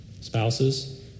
Spouses